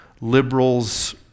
Liberals